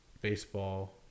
Baseball